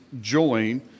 join